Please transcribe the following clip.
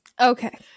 okay